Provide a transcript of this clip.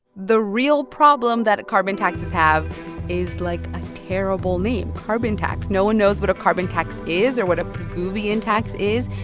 the real problem that carbon taxes have is, like, a terrible name carbon tax. no one knows what a carbon tax is or what a pigouvian tax is.